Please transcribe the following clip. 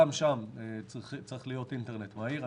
גם שם צריך להיות אינטרנט מהיר.